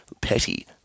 petty